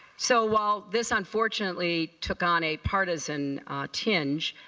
so while this unfortunately took on a partisan tinge,